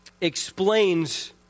explains